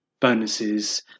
bonuses